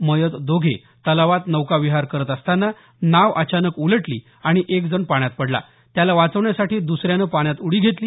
मयत दोघे तलावात नौकाविहार करत असतांना नाव अचानक उलटली आणि एक जण पाण्यात पडला त्याला वाचवण्यासाठी द्सऱ्यानं पाण्यात उडी घेतली